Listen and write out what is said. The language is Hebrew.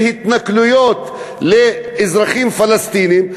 בהתנכלויות לאזרחים פלסטינים.